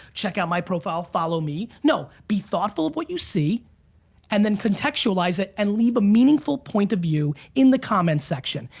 check out my profile, follow me. no, be thoughtful of what you see and then contextualize it and leave a meaningful point of view in the comments section.